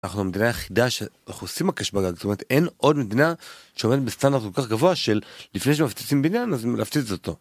אנחנו המדינה היחידה שאנחנו עושים הקש בגג.זאת אומרת, אין עוד מדינה שעובדת בסטנדרט כל כך גבוה שלפני שמפציצים בניין אז נפציץ אותו.